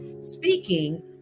speaking